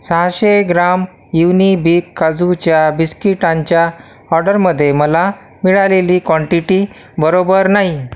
सहाशे gram Unibic काजूच्या बिस्किटांच्या ऑर्डरमध्ये मला मिळालेली क्वांटिटी बरोबर नाही